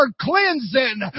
cleansing